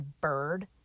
Bird